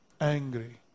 angry